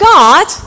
God